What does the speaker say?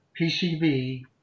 PCB